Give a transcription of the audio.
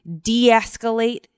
de-escalate